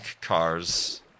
cars